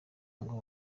ngo